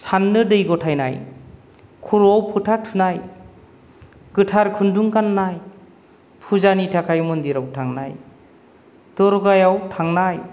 साननो दै गथायनाय खर'आव फोथा थुनाय गोथार खुन्दुं गाननाय फुजानि थाखाय मन्दिराव थांनाय दरगाहयाव थांनाय